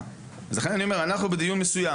לכן אני אומר, אנחנו בדיון מסוים.